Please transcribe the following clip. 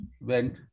went